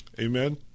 Amen